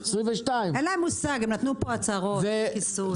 2022. אין להם מושג, הם נתנו פה הצהרות בלי כיסוי.